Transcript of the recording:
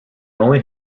only